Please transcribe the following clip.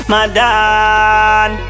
Madan